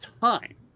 time